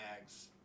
Mags